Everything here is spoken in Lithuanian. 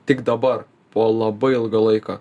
tik dabar po labai ilgo laiko